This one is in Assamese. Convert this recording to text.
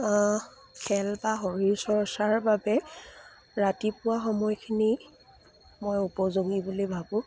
খেল বা শৰীৰ চৰ্চাৰ বাবে ৰাতিপুৱা সময়খিনি মই উপযোগী বুলি ভাবোঁ